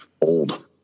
old